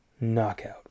knockout